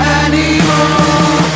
anymore